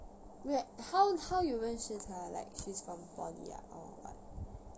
wait how how you 认识她 like she's from poly ah or what